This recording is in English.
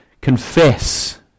Confess